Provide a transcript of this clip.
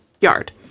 yard